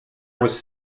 was